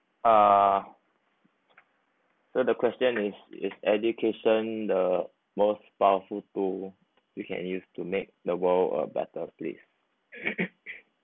err so the question is is education the most powerful tool we can use to make the world a better place